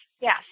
yes